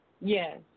Yes